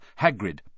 Hagrid